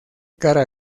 cara